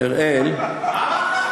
עסקים מפוקפקים.